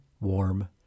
warm